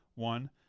one